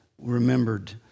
remembered